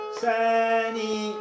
sunny